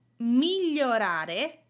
Migliorare